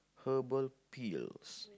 herbal pills